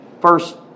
first